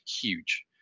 huge